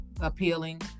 appealing